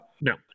No